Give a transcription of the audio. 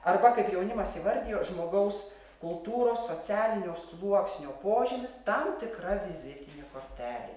arba kaip jaunimas įvardijo žmogaus kultūros socialinio sluoksnio požymis tam tikra vizitinė kortelė